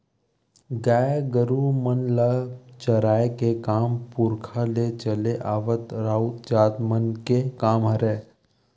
गाय गरु मन ल चराए के काम पुरखा ले चले आवत राउत जात मन के काम हरय